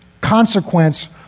consequence